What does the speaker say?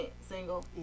single